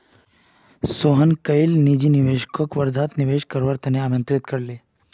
सोहन कईल निजी निवेशकक वर्धात निवेश करवार त न आमंत्रित कर ले